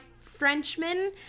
frenchmen